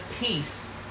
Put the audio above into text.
peace